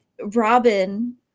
Robin